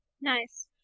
Nice